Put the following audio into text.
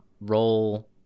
roll